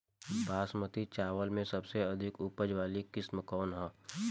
बासमती चावल में सबसे अधिक उपज वाली किस्म कौन है?